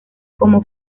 como